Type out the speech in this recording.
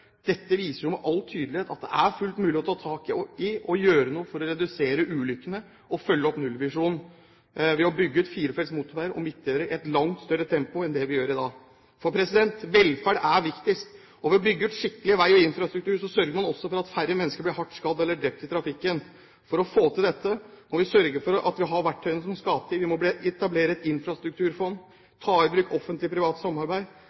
Dette viser jo med all tydelighet at det er fullt mulig å ta tak i og gjøre noe for å redusere ulykkene og følge opp nullvisjonen, ved å bygge ut firefelts motorveier og midtdelere i et langt større tempo enn det vi gjør i dag. For velferd er viktigst, og ved å bygge ut skikkelig vei og infrastruktur sørger man også for at færre mennesker blir hardt skadd eller drept i trafikken. For å få til dette må vi sørge for at vi har verktøyene som skal til. Vi må etablere et infrastrukturfond, ta i bruk Offentlig Privat Samarbeid